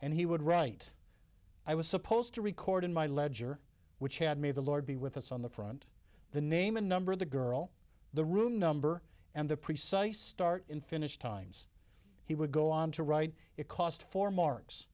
and he would write i was supposed to record in my ledger which had made the lord be with us on the front the name and number of the girl the room number and the precise start in finish times he would go on to write it cost four marks